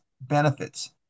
benefits